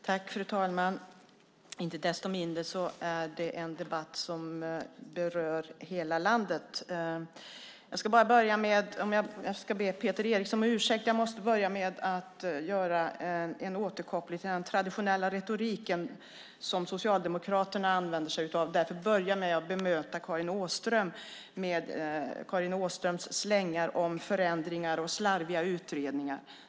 Fru talman! Inte desto mindre är det en debatt som berör hela landet. Jag ska be Peter Eriksson om ursäkt. Jag måste börja med att göra en återkoppling till den traditionella retorik som Socialdemokraterna använder sig av och därför börja med att bemöta Karin Åström och hennes slängar om förändringar och slarviga utredningar.